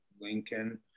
Lincoln